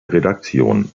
redaktion